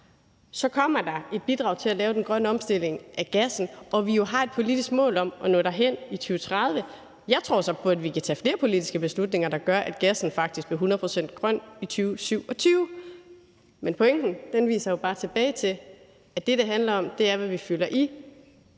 så kommer der et bidrag til at lave den grønne omstilling af gassen, og vi har jo et politisk mål om at nå derhen i 2030. Jeg tror så på, at vi kan tage flere politiske beslutninger, der gør, at gassen faktisk bliver 100 pct. grøn i 2027. Men pointen viser bare tilbage til, at det, det handler om, både er, hvad vi fylder i